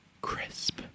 Crisp